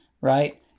Right